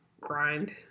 grind